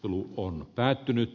alue on päätynyt